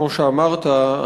כמו שאמרת,